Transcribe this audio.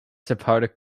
sephardic